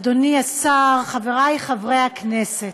אדוני השר, חבריי חברי הכנסת,